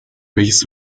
welches